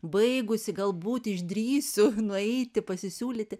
baigusi galbūt išdrįsiu nueiti pasisiūlyti